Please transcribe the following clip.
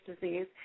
disease